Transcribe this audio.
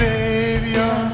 Savior